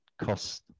cost